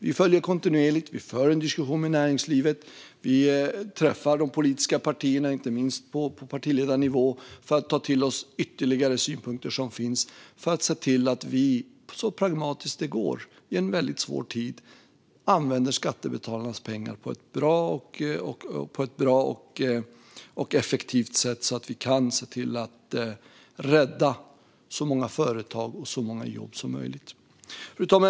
Vi följer det kontinuerligt. Vi för en diskussion med näringslivet. Och vi träffar de andra politiska partierna, inte minst på partiledarnivå, för att ta till oss ytterligare synpunkter. På det sättet kan vi i en väldigt svår tid så pragmatiskt det går använda skattebetalarnas pengar på ett bra och effektivt sätt för att se till att rädda så många företag och jobb som möjligt. Fru talman!